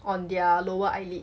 on their lower eyelid